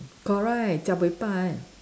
correct jiak buay pa eh